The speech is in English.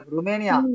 Romania